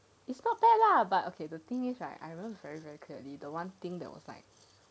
it's not bad lah but okay the thing is right I remember very very clearly the one thing that was like